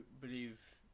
believe